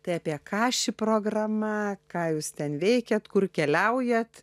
tai apie ką ši programa ką jūs ten veikiat kur keliaujat